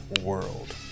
world